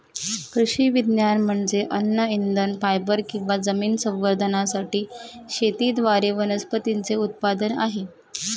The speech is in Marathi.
कृषी विज्ञान म्हणजे अन्न इंधन फायबर किंवा जमीन संवर्धनासाठी शेतीद्वारे वनस्पतींचे उत्पादन आहे